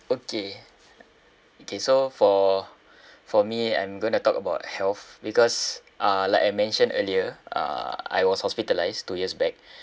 okay okay so for for me I'm gonna talk about health because uh like I mentioned earlier uh I was hospitalised two years back